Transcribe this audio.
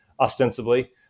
ostensibly